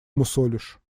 мусолишь